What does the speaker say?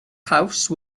house